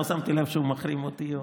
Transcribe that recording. לא שמתי לב שהוא מחרים אותי.